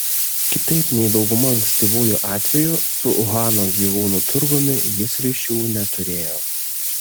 kitaip nei dauguma ankstyvųjų atvejų su uhano gyvūnų turgumi jis ryšių neturėjo